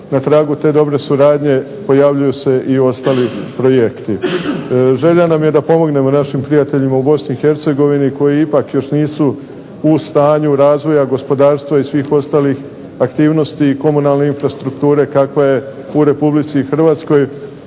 na tragu te dobre suradnje pojavljuju se i ostali projekti. Želja nam je da pomognemo našim prijateljima u BiH koji ipak još nisu u stanju razvoja gospodarstva i svih ostalih aktivnosti i komunalne infrastrukture kakva je u RH da im besplatno,